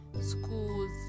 schools